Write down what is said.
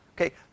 Okay